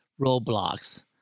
roadblocks